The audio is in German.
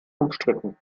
umstritten